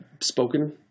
spoken